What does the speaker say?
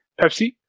Pepsi